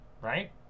Right